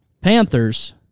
Panthers